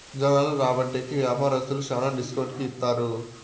జనాలు రాబట్టే కి వ్యాపారస్తులు శ్యానా డిస్కౌంట్ కి ఇత్తారు